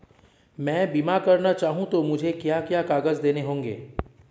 मैं बीमा करना चाहूं तो मुझे क्या क्या कागज़ देने होंगे?